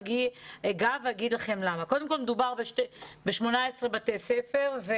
קודם כול, מדובר ב-18 בתי ספר.